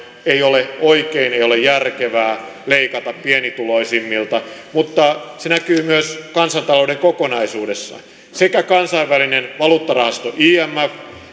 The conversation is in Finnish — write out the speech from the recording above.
ei ole oikein ei ole järkevää leikata pienituloisimmilta mutta se näkyy myös kansantalouden kokonaisuudessa sekä kansainvälinen valuuttarahasto imf